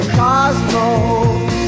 cosmos